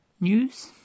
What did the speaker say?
news